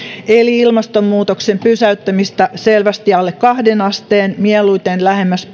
eli ilmastonmuutoksen pysäyttämistä selvästi alle kahteen asteen mieluiten lähemmäs